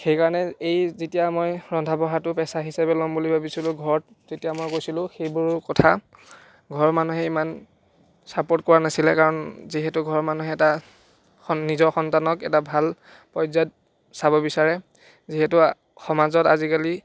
সেইকাৰণে এই যেতিয়া মই ৰন্ধা বঢ়াটো পেচা হিচাপে ল'ম বুলি ভাবিছিলোঁ ঘৰত তেতিয়া মই কৈছিলোঁ সেইবোৰ কথা ঘৰৰ মানুহে ইমান ছাপৰ্ট কৰা নাছিলে কাৰণ যিহেতু ঘৰৰ মানুহে এটা স নিজৰ সন্তানক এটা ভাল পৰ্য্যায়ত চাব বিচাৰে যিহেতু সমাজত আজিকালি